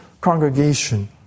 congregation